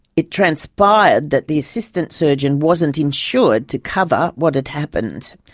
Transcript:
it transpired that the assistant surgeon wasn't insured to cover what had happened,